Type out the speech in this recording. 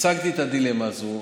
הצגתי את הדילמה הזאת.